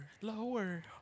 Lower